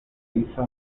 hizo